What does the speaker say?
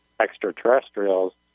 extraterrestrials